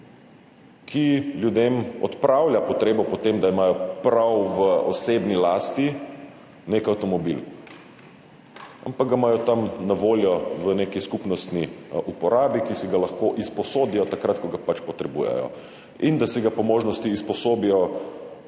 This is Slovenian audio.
ki ljudem odpravlja potrebo po tem, da imajo v osebni lasti nek avtomobil, ampak ga imajo na voljo v neki skupnostni uporabi, kjer si ga lahko izposodijo takrat, ko ga pač potrebujejo in da si ga po možnosti usposobijo